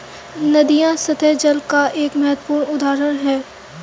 नदियां सत्तह जल का एक महत्वपूर्ण उदाहरण है